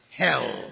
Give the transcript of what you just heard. hell